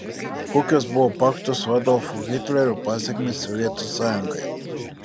kokios buvo pakto su adolfu hitleriu pasekmės sovietų sąjungai